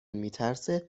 میترسه